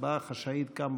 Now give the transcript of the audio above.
הצבעה חשאית כאן,